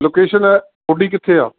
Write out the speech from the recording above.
location ਤੁਹਾਡੀ ਕਿੱਥੇ ਆ